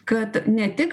kad ne tik